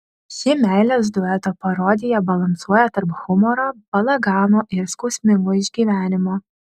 ši meilės dueto parodija balansuoja tarp humoro balagano ir skausmingo išgyvenimo